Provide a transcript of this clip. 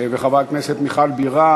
וחברת הכנסת מיכל בירן,